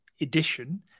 edition